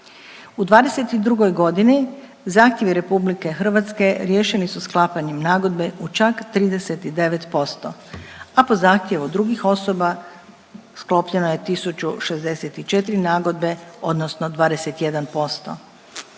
U '22.g. zahtjevi RH riješeni su sklapanjem nagodbe u čak 39%, a po zahtjevu drugih osoba sklopljeno je 1.064 nagodbe odnosno 21%.